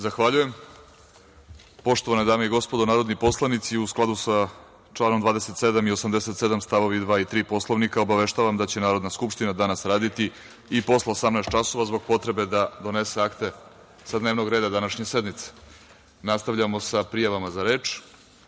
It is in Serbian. Zahvaljujem. Poštovani narodni poslanici u skladu sa članom 27. i 87. stavovi 2. i 3. Poslovnika, obaveštavam da će Narodna skupština danas raditi i posle 18,00 časova zbog potrebe da donese akta sa dnevnog reda današnje sednice. Nastavljamo sa prijavama za reč. Prvi